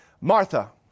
Martha